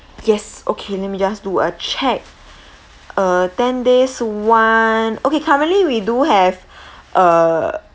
yes okay let me just do a check uh ten days one okay currently we do have uh